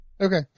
Okay